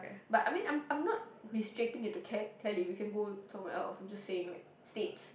but I mean I'm I'm not restricting it to Cali we can go someone else I'm just saying like states